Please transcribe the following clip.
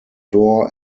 door